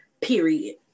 Period